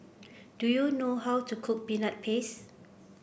do you know how to cook Peanut Paste